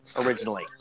originally